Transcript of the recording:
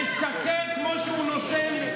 משקר כמו שהוא נושם.